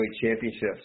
championships